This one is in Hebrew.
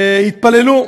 ויתפללו.